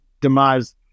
demise